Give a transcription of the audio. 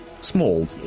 Small